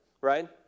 right